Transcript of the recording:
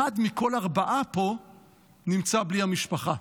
אחד מכל ארבעה פה נמצא בלי המשפחה,